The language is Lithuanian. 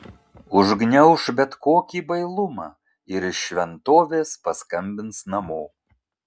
užgniauš bet kokį bailumą ir iš šventovės paskambins namo